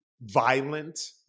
violent